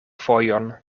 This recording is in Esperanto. fojon